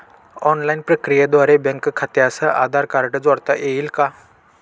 Online प्रक्रियेद्वारे bank खात्यास Aadhaar card जोडता येईल का?